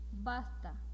basta